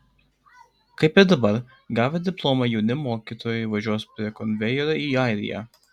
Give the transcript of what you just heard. kaip ir dabar gavę diplomą jauni mokytojai važiuos prie konvejerio į airiją